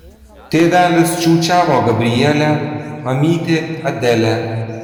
tėvelis čiūčiavo gabrielę mamytė adelę